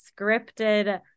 scripted